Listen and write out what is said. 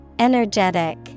Energetic